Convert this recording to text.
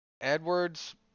Edwards